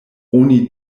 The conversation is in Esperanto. oni